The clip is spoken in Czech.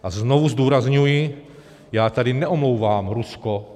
A znovu zdůrazňuji, já tady neomlouvám Rusko.